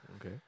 Okay